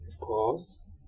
Pause